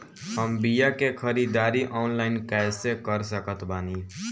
हम बीया के ख़रीदारी ऑनलाइन कैसे कर सकत बानी?